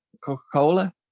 Coca-Cola